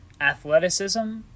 athleticism